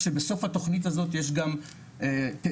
כשבסוף התכנית הזאת יש גם תיאוריה,